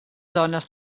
dones